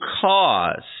cause